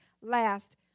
last